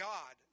God